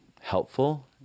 helpful